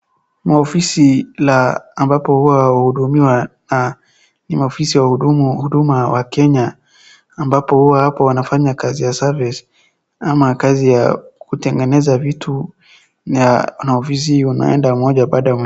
Maofisi la ambapo huwa wahudumiwa ni ofisi ya hudumu huduma ya wakenya, ambapo huwa hapo wanafanya kazi ya service ama kazi ya kutengeneza vitu, na ni ofisi wanaenda mmoja baada ya mwigine.